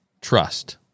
trust